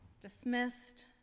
Dismissed